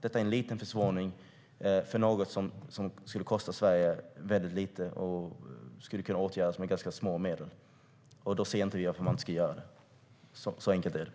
Detta är en liten försvåring för något som Sverige skulle kunna åtgärda med ganska små medel. Då ser vi ingen anledning till att inte göra det. Så enkelt är det.